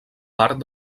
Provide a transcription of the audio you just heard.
part